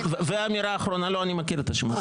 ואמירה אחרונה, לא, אני מכיר את השמות.